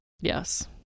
yes